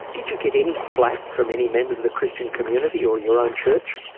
did you get any flak from any members of the christian community or your own church?